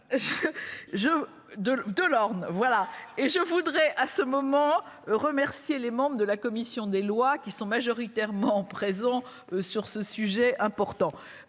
de l'Orne, voilà et je voudrais à ce moment, remercier les membres de la commission des lois qui sont majoritairement présents sur ce sujet important